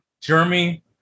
Jeremy